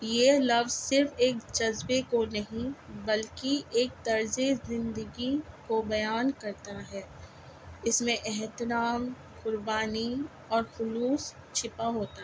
یہ لفظ صرف ایک جذبے کو نہیں بلکہ ایک طرزِ زندگی کو بیان کرتا ہے اس میں احترام قربانی اور خلوص چھپا ہوتا ہے